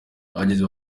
ahageze